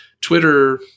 Twitter